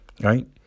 right